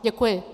Děkuji.